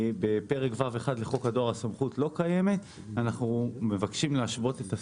בפרק ו '1 לחוק הדואר הסמכות לא קיימת ואנחנו מבקשים להשוות את הסמכות.